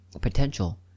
potential